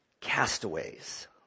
castaways